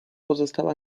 pozostała